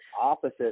opposite